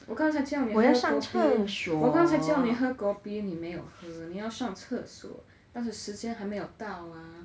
我刚才叫你喝 kopi 我刚才叫你喝 kopi 你没有喝你要上厕所但是时间还没有到 ah